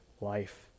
life